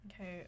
Okay